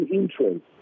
interest